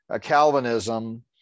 Calvinism